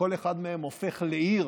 כל אחד מהם הופך לעיר